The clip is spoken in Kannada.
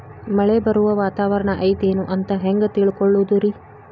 ಮಳೆ ಬರುವ ವಾತಾವರಣ ಐತೇನು ಅಂತ ಹೆಂಗ್ ತಿಳುಕೊಳ್ಳೋದು ರಿ?